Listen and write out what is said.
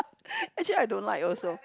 actually I don't like also